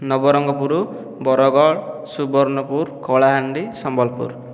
Nabarangpur Bargarh Subarnapur Kalahandi Sambalpur